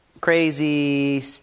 crazy